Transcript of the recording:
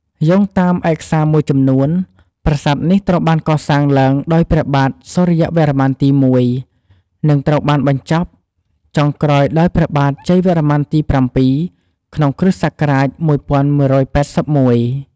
យោងតាមឯកសារមួយចំនួន ប្រាសាទនេះត្រូវបានកសាងឡើងដោយព្រះបាទ សូរ្យវរ្ម័នទី ១ និងត្រូវបានបញ្ចប់ចុងក្រោយដោយព្រះបាទ ជ័យវរ្ម័នទី ៧ ក្នុង គ្រិស្តសករាជ ១១៨១។